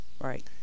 right